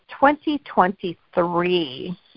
2023